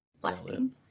Blessing